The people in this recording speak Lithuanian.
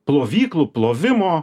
plovyklų plovimo